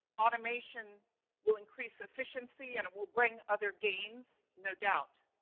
automation will increase efficiency and it will bring other gains, no doubt.